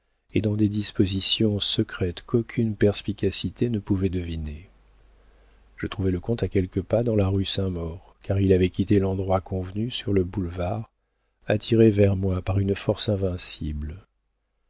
et dans des dispositions secrètes qu'aucune perspicacité ne pouvait deviner je trouvai le comte à quelques pas dans la rue saint-maur car il avait quitté l'endroit convenu sur le boulevard attiré vers moi par une force invincible